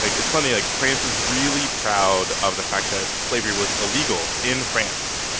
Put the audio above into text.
like it's funny like, france is really proud of the fact that slavery was illegal in france,